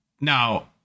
now